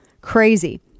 Crazy